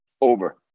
Over